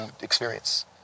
experience